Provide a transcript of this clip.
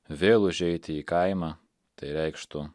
vėl užeiti į kaimą tai reikštų